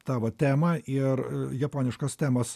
tavo temą ir japoniškas temos